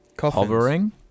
Hovering